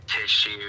tissue